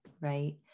right